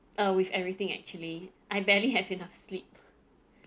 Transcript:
uh with everything actually I barely have enough sleep